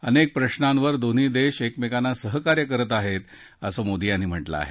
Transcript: अनेक प्रशावर दोन्ही देश एकमेकांना सहकार्य करत आहे असं मोदी यांनी म्हटलं आहे